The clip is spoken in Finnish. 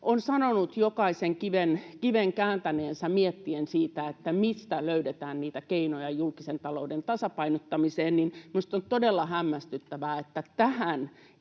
on sanonut jokaisen kiven kääntäneensä miettien sitä, mistä löydetään niitä keinoja julkisen talouden tasapainottamiseen, minusta on todella hämmästyttävää, että tähän